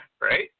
Right